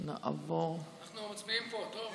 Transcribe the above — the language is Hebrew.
אנחנו מצביעים פה, טוב?